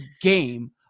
game